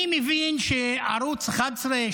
אני מבין שערוץ 11,